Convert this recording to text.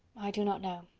i do not know.